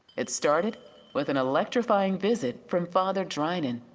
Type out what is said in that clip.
it started with an electrifying visit from father drynen,